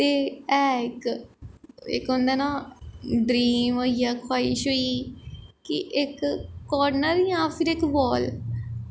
ते ऐ इक इक होंदा नां ड्रीम होई गेआ ख्वाहिश होई गेई कि इक कार्नर जां फिर इक वाल